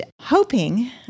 hoping